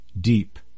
Deep